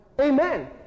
Amen